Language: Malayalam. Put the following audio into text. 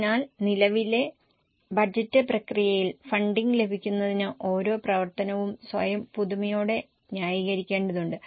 അതിനാൽ നിലവിലെ ബജറ്റ് പ്രക്രിയയിൽ ഫണ്ടിംഗ് ലഭിക്കുന്നതിന് ഓരോ പ്രവർത്തനവും സ്വയം പുതുമയോടെ ന്യായീകരിക്കേണ്ടതുണ്ട്